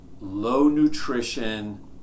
low-nutrition